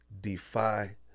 defy